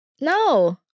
No